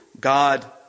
God